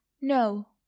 no